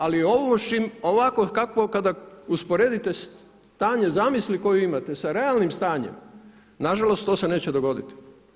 Ali ovakvo kakvo kada usporedite stanje zamisli koje imate sa realnim stanjem, nažalost to se neće dogoditi.